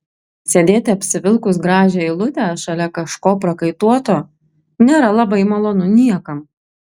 sėdėti apsivilkus gražią eilutę šalia kažko prakaituoto nėra labai malonu niekam